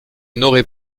n’aurai